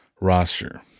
roster